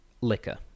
liquor